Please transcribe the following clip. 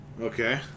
okay